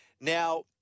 Now